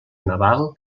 naval